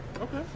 Okay